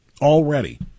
already